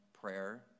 prayer